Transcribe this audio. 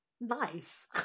nice